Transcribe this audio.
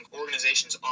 organizations